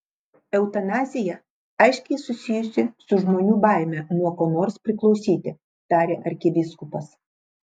eutanazija aiškiai susijusi su žmonių baime nuo ko nors priklausyti tarė arkivyskupas